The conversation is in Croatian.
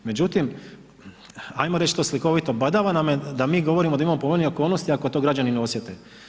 Međutim, ajmo reći to slikovito, badava nam je da mi govorimo da imamo povoljnije okolnosti ako to građani ne osjete.